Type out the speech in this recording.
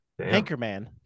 Anchorman